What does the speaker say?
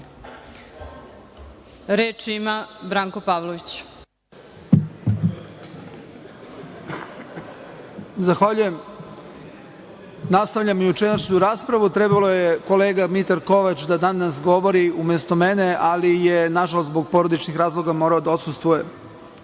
**Branko Pavlović** Zahvaljujem. Nastavljam jučerašnju raspravu. Trebalo je kolega Mitar Kovač da danas govori umesto mene, ali je nažalost zbog porodičnih razloga morao da odsustvuje. Dakle,